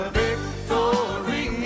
victory